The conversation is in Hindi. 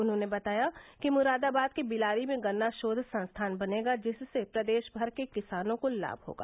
उन्होंने बताया कि मुरादाबाद के बिलारी में गन्ना शोध संस्थान बनेगा जिससे प्रदेश भर के किसानों को लाभ होगा